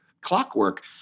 clockwork